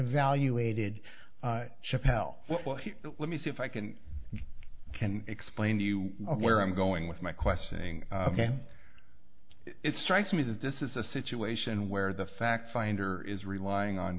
evaluated chapelle let me see if i can can explain to you where i'm going with my questioning it strikes me that this is a situation where the fact finder is relying on